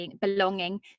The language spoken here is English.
belonging